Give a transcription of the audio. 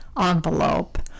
envelope